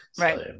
Right